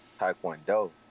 Taekwondo